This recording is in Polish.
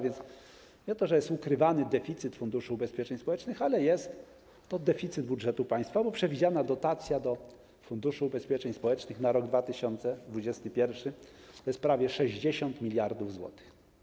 Nie jest ukrywany deficyt Funduszu Ubezpieczeń Społecznych, ale jest to deficyt budżetu państwa, bo przewidziana dotacja do Funduszu Ubezpieczeń Społecznych na rok 2021 to prawie 60 mld zł.